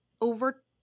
over